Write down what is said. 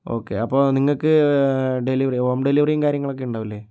okay അപ്പോൾ നിങ്ങൾക്ക് delivery home ഡെലിവറിയും കാര്യങ്ങളും ഒക്കെ ഉണ്ടാവില്ലേ